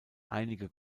einige